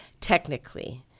technically